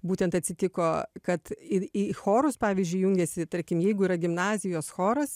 būtent atsitiko kad ir į chorus pavyzdžiui jungiasi tarkim jeigu yra gimnazijos choras